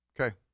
Okay